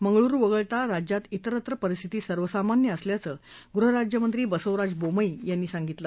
मंगळुरुवगळता राज्यात तिस्त्र परिस्थिती सर्वसामान्य असल्याचं कर्नाटकचे गृहराज्यमंत्री बसवराज बोमई यांनी सांगितलं